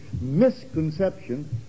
misconception